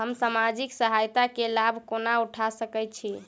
हम सामाजिक सहायता केँ लाभ कोना उठा सकै छी?